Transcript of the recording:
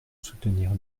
soutenir